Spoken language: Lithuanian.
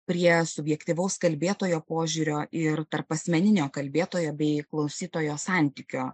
prie subjektyvaus kalbėtojo požiūrio ir tarpasmeninio kalbėtojo bei klausytojo santykio